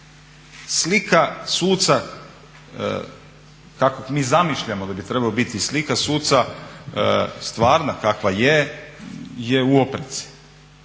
Slika suca kako mi zamišljamo da bi trebao biti, slika suca stvarna kakva je, je u opreci